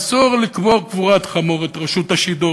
אסור לקבור קבורת חמור את רשות השידור.